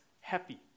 happy